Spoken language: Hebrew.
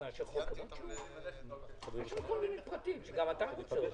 יש כמה הערות שמוסכמות על כל חברי הוועדה מקצה לקצה.